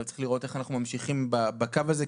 אבל צריך לראות איך אנחנו ממשיכים בקו הזה,